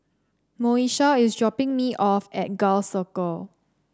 Moesha is dropping me off at Gul Circle